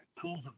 tools